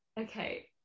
Okay